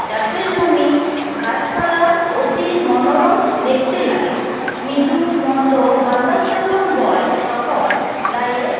চাষের জমি গাছপালা অতি মনোরম দেখতে লাগে মৃদুমন্দ বাতাস যখন বয় তখন গায়ে